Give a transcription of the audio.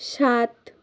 সাত